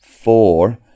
four